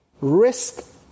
Risk